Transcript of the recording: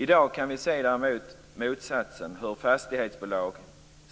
I dag kan vi se motsatsen, hur fastighetsbolag